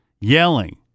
yelling